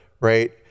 right